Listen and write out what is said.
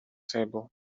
table